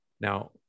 Now